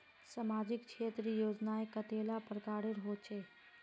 सामाजिक क्षेत्र योजनाएँ कतेला प्रकारेर होचे?